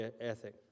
ethic